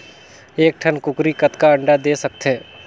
एक ठन कूकरी कतका अंडा दे सकथे?